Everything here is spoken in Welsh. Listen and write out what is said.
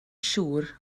siŵr